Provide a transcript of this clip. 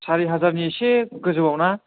सारि हाजारनि एसे गोजौआवना